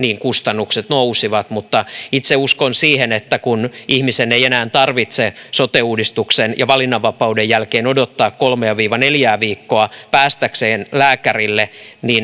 kustannukset nousivat mutta itse uskon siihen että kun ihmisen ei enää tarvitse sote uudistuksen ja valinnanvapauden jälkeen odottaa kolmea neljää viikkoa päästäkseen lääkärille